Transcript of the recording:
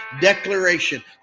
declaration